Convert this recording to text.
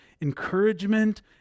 encouragement